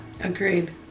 Agreed